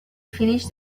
finished